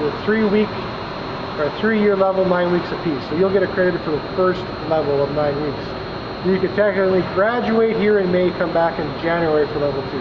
three week three year level nine weeks apiece you'll get accredited to the first level of night weeks you could technically graduate here in may come back in january for level